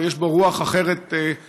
ויש בו רוח אחרת לחלוטין.